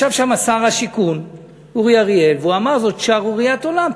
ישב שמה שר השיכון אורי אריאל והוא אמר: זאת שערוריית עולם,